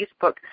Facebook